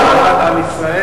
חבר הכנסת.